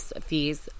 fees